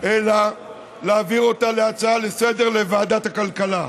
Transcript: אלא להפוך אותה להצעה לסדר-היום ולהעביר לוועדת הכלכלה.